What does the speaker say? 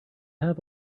have